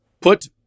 put